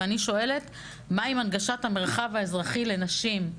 ואני שואלת מה עם הנגשת המרחב האזרחי לנשים,